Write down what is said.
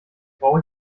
brauch